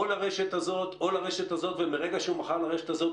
לרשת הזאת או לרשת הזאת ומרגע שהוא מכר לרשת הזאת,